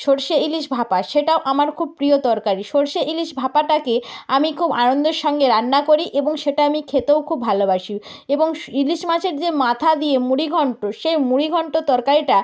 সরষে ইলিশ ভাপা সেটাও আমার খুব প্রিয় তরকারি সরষে ইলিশ ভাপাটাকে আমি খুব আনন্দের সঙ্গে রান্না করি এবং সেটা আমি খেতেও খুব ভালোবাসি এবংস্ ইলিশ মাছের যে মাথা দিয়ে মুড়ি ঘন্ট সে মুড়ি ঘন্ট তরকারিটা